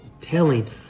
telling